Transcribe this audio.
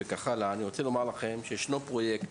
אני רוצה לומר לכם שיש פרויקט